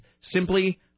Simply